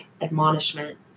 admonishment